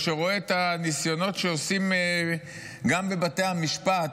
או רואה את הניסיונות שעושים גם בבתי המשפט